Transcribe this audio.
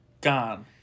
Gone